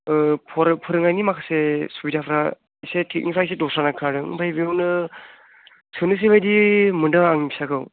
फोरोंनायनि माखासे सुबिदाफ्रा एसे टेकनिकफ्रा एसे दस्रा होनना खोनादों ओमफ्राय बेयावनो सोनोसै बायदि मोन्दों आंनि फिसाखौ